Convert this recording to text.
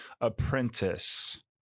apprentice